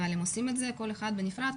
אבל הם עושים את זה כל אחד בנפרד,